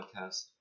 podcast